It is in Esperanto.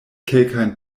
kelkajn